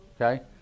Okay